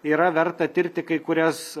yra verta tirti kai kurias